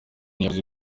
yavuze